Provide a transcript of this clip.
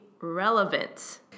relevant